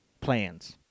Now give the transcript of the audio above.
plans